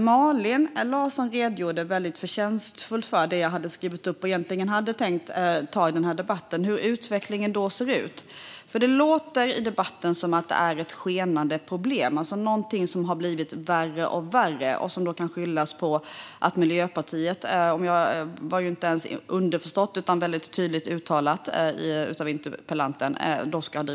Malin Larsson redogjorde förtjänstfullt för det som jag hade skrivit upp och egentligen hade tänkt ta i debatten, nämligen hur utvecklingen ser ut. Det låter i debatten som att det finns ett skenande problem, alltså någonting som har blivit värre och värre och som kan skyllas på att Miljöpartiet finns med i regeringen och har drivit på. Det var inte ens underförstått, utan tydligt uttalat av interpellanten.